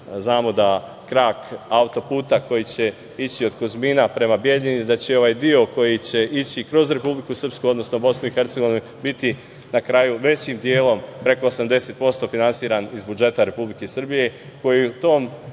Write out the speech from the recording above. Znamo da krak auto-puta koji će ići od Kuzmina prema Bijeljini da će ovaj deo koji će ići kroz Republiku Srpsku, odnosno BiH, biti na kraju većim delom, preko 80%, finansiran iz budžeta Republike Srbije, koji su, ovom